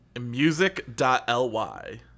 music.ly